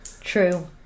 True